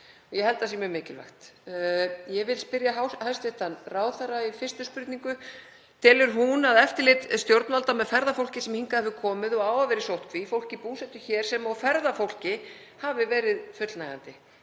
Ég held að það sé mjög mikilvægt. Ég vil spyrja hæstv. ráðherra í fyrstu spurningu: Telur hún að eftirlit stjórnvalda með ferðafólki sem hingað hefur komið og á að vera í sóttkví, fólki búsettu hér sem og ferðafólki, hafi verið fullnægjandi?